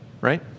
Right